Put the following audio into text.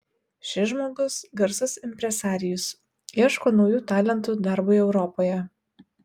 šis žmogus garsus impresarijus ieško naujų talentų darbui europoje